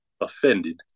offended